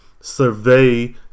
survey